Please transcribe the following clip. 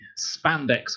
spandex